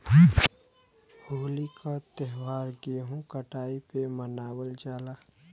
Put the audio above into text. होली क त्यौहार गेंहू कटाई पे मनावल जाला